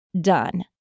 done